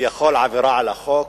כביכול עבירה על החוק,